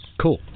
Cool